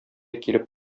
килеп